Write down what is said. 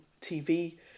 TV